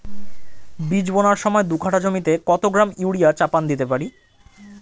বীজ বোনার সময় দু কাঠা জমিতে কত গ্রাম ইউরিয়া চাপান দিতে পারি?